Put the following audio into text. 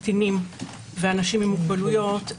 קטינים ואנשים עם מוגבלויות,